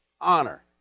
honor